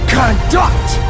conduct